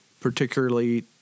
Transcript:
particularly